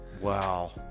Wow